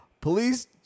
Police